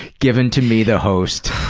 given to me, the host.